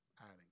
adding